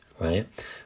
right